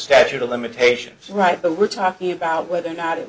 statute of limitations right the we're talking about whether or not it